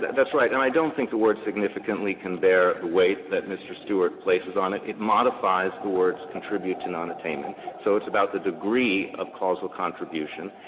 that's right. and i don't think the word significantly can bear the weight that mr. stewart places on it. it modifies the words contribute to nonattainment. so it's about the degree of causal contribution.